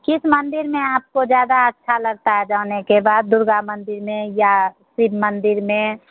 किस मंदिर में आपको ज्यादा अच्छा लगता है आपको जाने के बाद दुर्गा मंदिर में या शिव मंदिर में